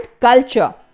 culture